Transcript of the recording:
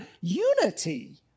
unity